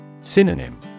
Synonym